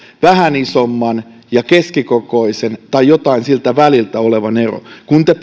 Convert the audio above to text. vähän isomman ja keskikokoisen tai jotain siltä väliltä olevan ero kun te